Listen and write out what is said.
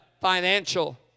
financial